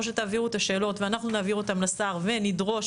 או שתעבירו את השאלות ואנחנו נעביר אותן לשר ונדרוש